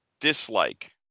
dislike